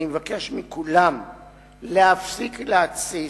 אני מבקש מכולם להפסיק להתסיס,